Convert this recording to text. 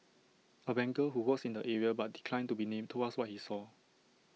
A banker who works in the area but declined to be named told us what he saw